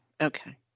Okay